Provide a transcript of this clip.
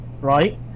right